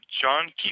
John